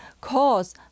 cause